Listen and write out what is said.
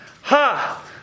Ha